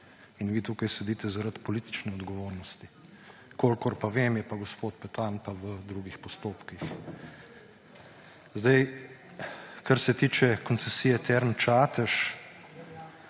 In vi tukaj sedite zaradi politične odgovornosti. Kolikor pa vem, je pa gospod Petan v drugih postopkih. Kar se tiče koncesije Term Čatež,